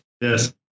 Yes